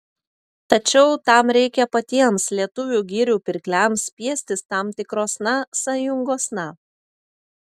tačiau tam reikia patiems lietuvių girių pirkliams spiestis tam tikrosna sąjungosna